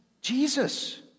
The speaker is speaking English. Jesus